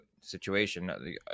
situation